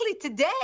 today